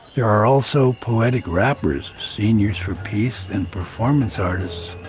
there are also poetic rappers, seniors for peace and performance artists,